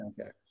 Okay